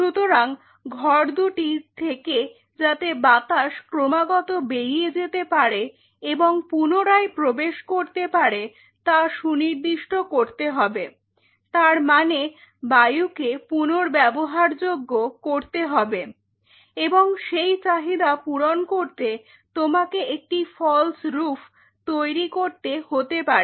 সুতরাং ঘর দুটি থেকে যাতে বাতাস ক্রমাগত বেরিয়ে যেতে পারে এবং পুনরায় প্রবেশ করতে পারে তা সুনির্দিষ্ট করতে হবে তার মানে বায়ুকে পুনর্ব্যবহারযোগ্য করতে হবে এবং সেই চাহিদা পূরণ করতে তোমাকে একটি ফল্স্ রুফ্ তৈরি করতে হতে পারে